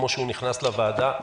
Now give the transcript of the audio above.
כפי שהוא נכנס לוועדה,